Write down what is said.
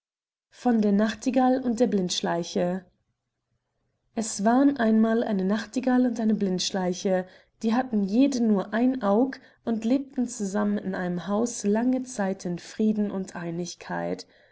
von der nachtigall und der blindschleiche es waren einmal eine nachtigall und eine blindschleiche die hatten jede nur ein aug und lebten zusammen in einem haus lange zeit in frieden und einigkeit